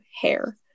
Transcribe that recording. hair